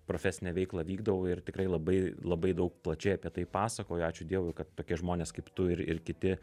profesinę veiklą vykdau ir tikrai labai labai daug plačiai apie tai pasakoju ačiū dievui kad tokie žmonės kaip tu ir ir kiti